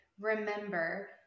remember